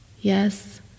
Yes